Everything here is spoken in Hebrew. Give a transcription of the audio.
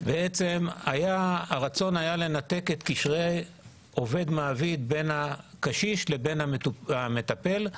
בעצם הרצון היה לנתק את קשרי עובד-מעביד בין הקשיש לבין המטפל,